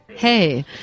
Hey